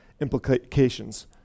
implications